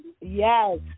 yes